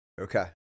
okay